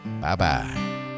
Bye-bye